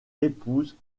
épouse